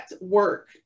work